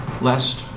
lest